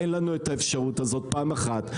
אין לנו את האפשרות הזאת, פעם אחת.